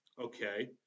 Okay